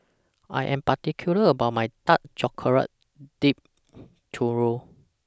I Am particular about My Dark Chocolate Dipped Churro